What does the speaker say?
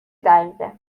دقیقه